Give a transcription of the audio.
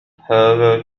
هذا